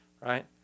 right